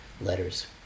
letters